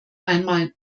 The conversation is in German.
einmal